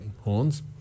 horns